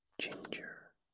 ginger